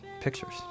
pictures